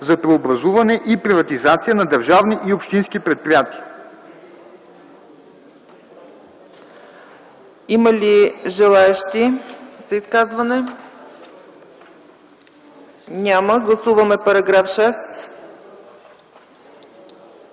за преобразуване и приватизация на държавни и общински предприятия.”